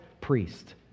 priest